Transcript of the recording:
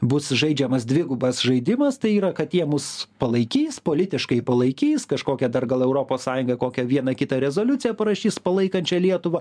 bus žaidžiamas dvigubas žaidimas tai yra kad jie mus palaikys politiškai palaikys kažkokia dar gal europos sąjunga kokią vieną kitą rezoliuciją parašys palaikančią lietuvą